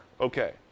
Okay